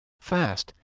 fast